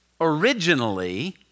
originally